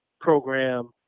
program